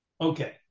Okay